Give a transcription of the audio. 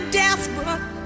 desperate